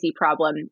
problem